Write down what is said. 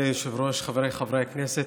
מכובדי היושב-ראש, חבריי חברי הכנסת,